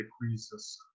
decreases